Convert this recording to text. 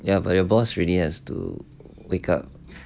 ya but your boss really has to wake up